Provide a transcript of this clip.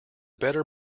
better